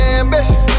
ambition